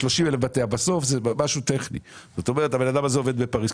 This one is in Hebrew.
בסוף זה משהו טכני; הבן אדם הזה עובד בפריז,